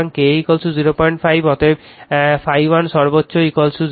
সুতরাং K 05 অতএব ∅1 সর্বোচ্চ 05 মিলিওয়েবার